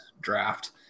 draft